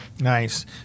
Nice